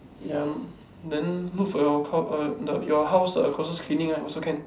ya then look for your clo~ err the you house err closest clinic lah also can